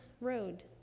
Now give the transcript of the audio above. road